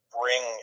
bring